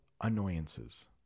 annoyances